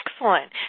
Excellent